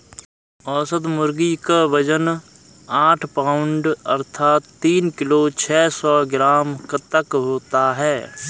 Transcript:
औसत मुर्गी क वजन आठ पाउण्ड अर्थात तीन किलो छः सौ ग्राम तक होता है